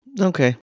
Okay